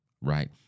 right